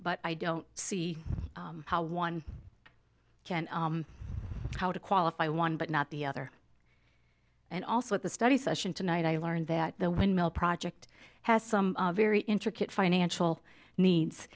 but i don't see how one can how to qualify one but not the other and also at the study session tonight i learned that the windmill project has some very intricate financial needs